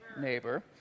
Neighbor